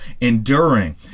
enduring